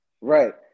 Right